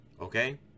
Okay